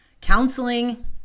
counseling